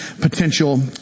potential